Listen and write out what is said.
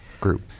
group